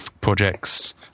projects